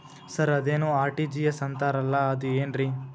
Sir ಅದೇನು RTGS ಅಂತಾರಲಾ ಅದು ಏನ್ರಿ?